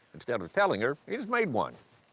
instead of telling her, he just made one.